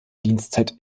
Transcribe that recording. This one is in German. dienstzeit